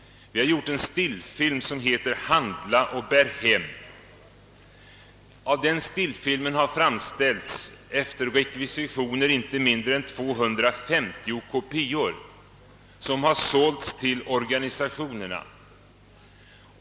Vi har gjort en stillfilm som heter »Handla och bär hem!». Av den stillfilmen har efter rekvisitioner framställts inte mindre än 250 kopior som sålts till organisationerna.